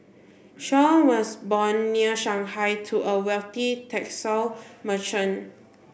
Shaw was born near Shanghai to a wealthy textile merchant